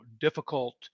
difficult